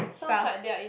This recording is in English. stuff